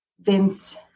Vince